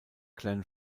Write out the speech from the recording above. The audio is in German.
glenn